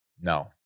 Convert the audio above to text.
No